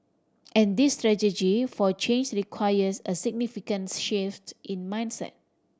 and this strategy for changes requires a significants shift in mindset